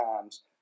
times